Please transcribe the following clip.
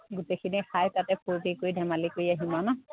গোটেইখিনিয়ে খাই তাতে ফূৰ্তি কৰি ধেমালি কৰি আহিম আৰু ন